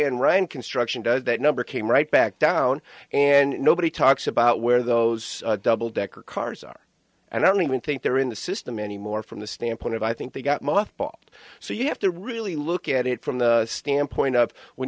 enron construction does that number came right back down and nobody talks about where those double decker cars are and i don't even think they're in the system anymore from the standpoint of i think they got mothballed so you have to really look at it from the standpoint of when